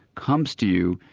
comes to you,